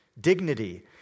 dignity